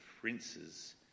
princes